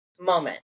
moment